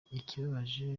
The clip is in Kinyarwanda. ikibabaje